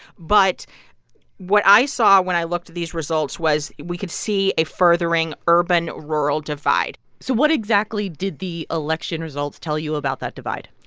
but what i saw when i looked at these results was we could see a furthering urban rural divide so what exactly did the election results tell you about that divide?